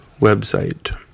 website